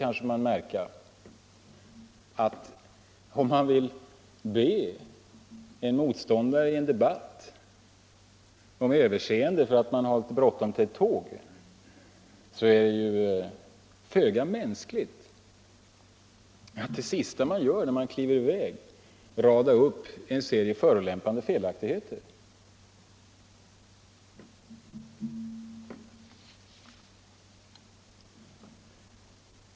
Om man vill be en motståndare i en debatt om överseende för att man har bråttom till ett tåg, är det föga mänskligt att det sista man gör när man kliver i väg är att rada upp en serie förolämpande felaktigheter.